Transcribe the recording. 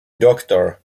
doctor